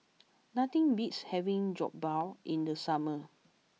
nothing beats having Jokbal in the summer